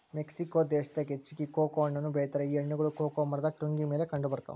Mexico ದೇಶದಾಗ ಹೆಚ್ಚಾಗಿ cocoa ಹಣ್ಣನ್ನು ಬೆಳಿತಾರ ಈ ಹಣ್ಣುಗಳು ಕೊಕೊ ಮರದ ಟೊಂಗಿ ಮೇಲೆ ಕಂಡಬರ್ತಾವ